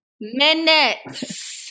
Minutes